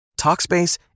Talkspace